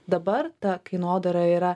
dabar ta kainodara yra